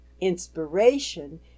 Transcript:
inspiration